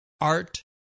art